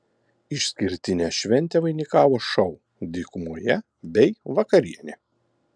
išskirtinę šventę vainikavo šou dykumoje bei vakarienė